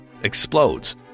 explodes